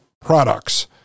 products